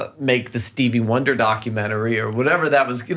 ah make the stevie wonder documentary or whatever that was.